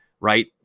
right